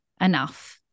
enough